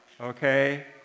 Okay